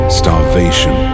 starvation